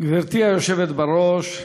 גברתי היושבת בראש,